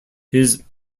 his